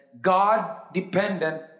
God-dependent